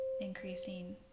increasing